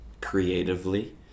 creatively